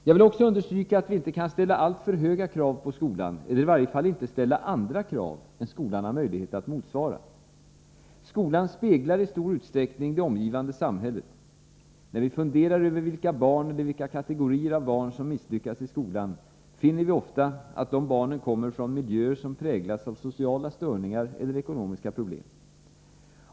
Jag vill också understryka att vi inte kan ställa alltför höga krav på skolan, eller i varje fall inte ställa andra krav än skolan har möjlighet att motsvara. Skolan speglar i stor utsträckning det omgivande samhället. När vi funderar över vilka barn eller vilka kategorier av barn som misslyckas i skolan finner vi ofta att de barnen kommer från miljöer som präglas av sociala störningar eller ekonomiska problem.